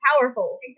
powerful